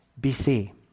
BC